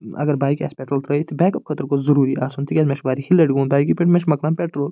اَگر بایکہِ آسہِ پیٚٹرول ترٛٲیِتھ تہٕ بیک اَپ خٲطرٕ گوٚژھ ضروٗری آسُن تِکیٛازِ مےٚ چھُ واریاہہِ لَٹہِ گوٚومُت بایکہِ پٮ۪ٹھ مےٚ چھُ مۄکلان پیٚٹرول